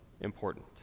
important